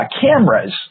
cameras